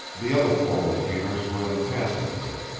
the other four retainers were in the passageway,